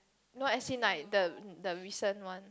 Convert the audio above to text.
no as in like the the recent one